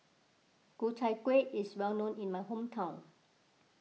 Ku Chai Kueh is well known in my hometown